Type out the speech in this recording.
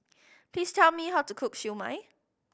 please tell me how to cook Siew Mai